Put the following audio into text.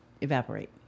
evaporate